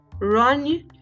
Run